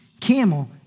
camel